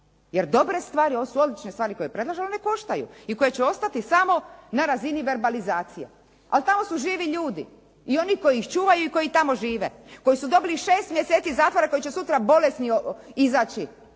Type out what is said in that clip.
jer dobre stvari, ovo su odlične koje predlažu, ali one koštaju, i koje će ostati samo na razini verbalizacije. Ali tamo su živi ljudi i oni koji ih čuvaju i koji tamo žive, koji su dobili 6 mjeseci zatvora koji će sutra bolesni izaći,